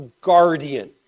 guardian